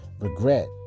Regret